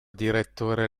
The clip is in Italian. direttore